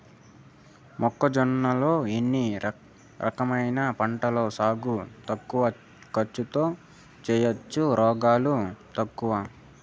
మొక్కజొన్న లో ఏ రకమైన పంటల సాగు తక్కువ ఖర్చుతో చేయచ్చు, రోగాలు తక్కువ?